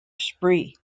spree